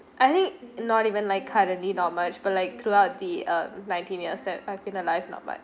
I think not even like currently not much but like throughout the um nineteen years that I've been alive not much